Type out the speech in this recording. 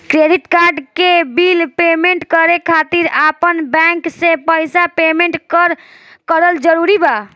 Credit card के bill payment करे खातिर आपन बैंक से पईसा पेमेंट करल जरूरी बा?